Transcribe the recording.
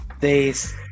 Days